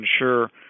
ensure